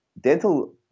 dental